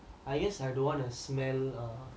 I guess I don't wanna smell err